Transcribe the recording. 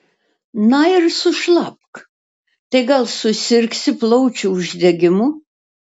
na ir sušlapk tai gal susirgsi plaučių uždegimu